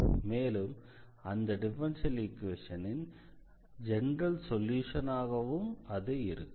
மேலும் அந்த டிஃபரன்ஷியல் ஈக்வேஷனின் ஜெனரல் சொல்யூஷனாகவும் இருக்கும்